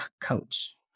coach